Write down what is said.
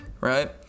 right